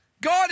God